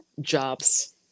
jobs